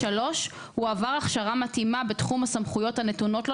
(3)הוא עבר הכשרה מתאימה בתחום הסמכויות הנתונות לו